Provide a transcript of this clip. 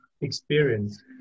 experience